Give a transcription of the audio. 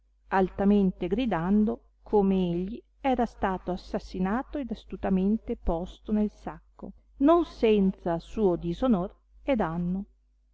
altamente gridando come egli era stato assassinato ed astutamente posto nel sacco non senza suo disonor e danno